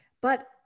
But-